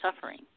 suffering